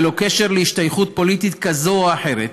ללא כל תלות בהשתייכות פוליטית כזאת או אחרת,